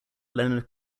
leonard